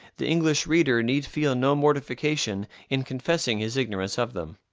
the english reader need feel no mortification in confessing his ignorance of them.